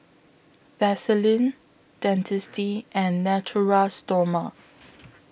Vaselin Dentiste and Natura Stoma